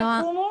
קומו